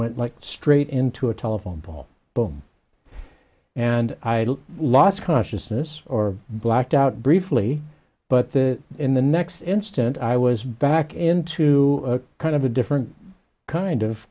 like straight into a telephone pole boom and i lost consciousness or blacked out briefly but that in the next instant i was back into kind of a different kind of